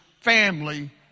family